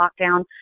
lockdown